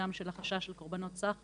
גם של החשש של קורבנות סחר,